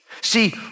See